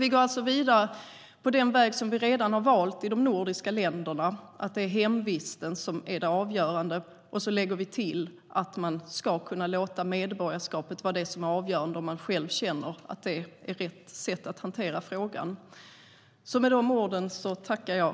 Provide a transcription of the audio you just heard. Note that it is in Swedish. Vi går alltså vidare på den väg som vi redan har valt i de nordiska länderna, där det är hemvisten som är det avgörande, och så lägger vi till att man ska kunna låta medborgarskapet vara avgörande om man själv känner att det är rätt sätt att hantera frågan.